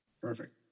perfect